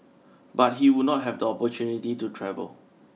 but he would not have the opportunity to travel